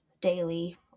daily